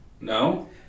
No